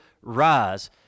rise